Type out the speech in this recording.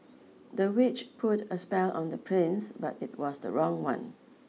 the witch put a spell on the prince but it was the wrong one